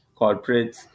corporates